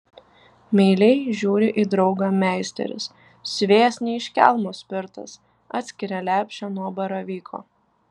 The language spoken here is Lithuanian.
meiliai žiūri į draugą meisteris siuvėjas ne iš kelmo spirtas atskiria lepšę nuo baravyko